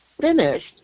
finished